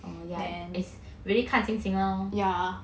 oh yeah it's really 看心情 lor